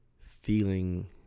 feeling